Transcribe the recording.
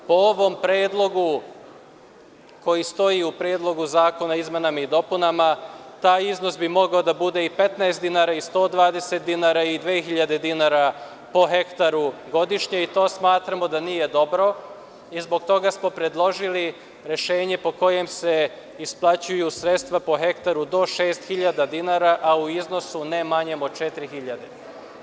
Po ovom predlogu koji stoji u Predlogu zakona o izmenama i dopunama taj iznos bi mogao da bude i 15 dinara i 120 dinara i 2.000 dinara po hektaru godišnje i to smatramo da nije dobro i zbog toga smo predložili rešenje po kojem se isplaćuju sredstva po hektaru do 6.000 dinara, a u iznosu ne manjem od 4.000.